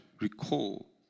recall